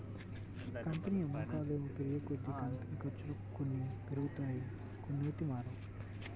company అమ్మకాలు పెరిగేకొద్దీ, company ఖర్చులు కొన్ని పెరుగుతాయి కొన్నైతే మారవు